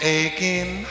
aching